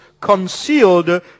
concealed